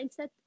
mindset